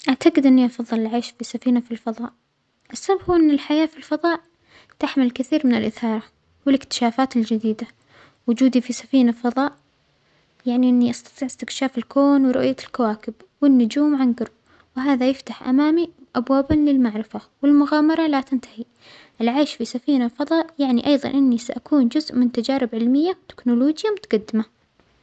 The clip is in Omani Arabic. أعتجد إنى أفظل العيش بسفينة في الفظاء، السبب هو أن الحياة في الفظاء تحمل الكثير من الإثارة والإكتشافات الجديدة، وجودى في سفينة فضاء يعنى إنى أستطيع إستكشاف الكون ورؤية الكواكب والنجوم عن جرب، وهذا يفتح أمامى أبوابا للمعرفة والمغامرة لا تنتهى، العيش بسفينة فضاء يعنى أيظا إنى سأكون جزء من تجارب علمية تكنولوجيا متقدمة.